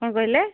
କ'ଣ କହିଲେ